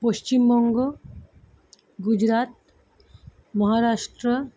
Paschimbanga Gujarat Maharashtra